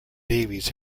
davies